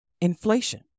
inflation